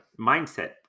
mindset